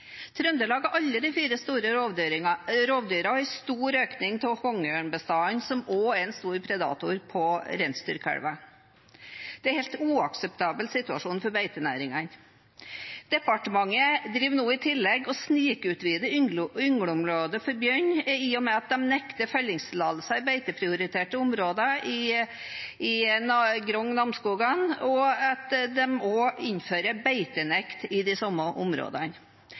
alle de fire store rovdyra og en stor økning av kongeørnbestanden, som også er en stor predator på reinsdyrkalver. Det er en helt uakseptabel situasjon for beitenæringene. Departementet driver nå i tillegg og snikutvider yngleområdet for bjørn, i og med at de nekter fellingstillatelser i beiteprioriterte områder i Grong, Namsskogan, og at de også innfører beitenekt i de samme områdene.